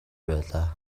байлаа